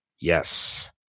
Yes